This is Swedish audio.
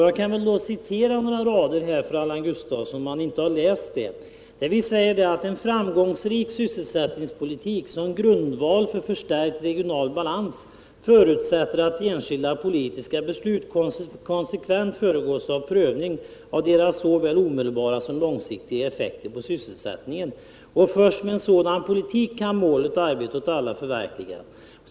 Jag kan citera några rader ur reservationen för Allan Gustafsson, om han inte har läst den: ”En framgångsrik sysselsättningspolitik, som grundval för förstärkt regional balans, förutsätter att enskilda politiska beslut konsekvent föregås av en prövning av deras såväl omedelbara som långsiktiga effekter på sysselsättningen. Först med en sådan politik kan målet arbete åt alla förverkligas.